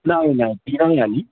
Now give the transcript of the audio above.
नाही नाही ती नाही आली